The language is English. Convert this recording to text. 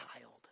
child